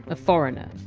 a foreigner!